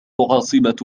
عاصمة